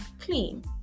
clean